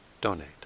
donate